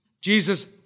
Jesus